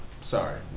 sorry